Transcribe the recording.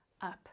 up